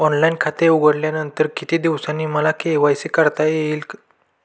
Online खाते उघडल्यानंतर किती दिवसांनी मला के.वाय.सी करता येईल?